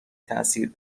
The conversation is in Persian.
تاثیر